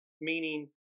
meaning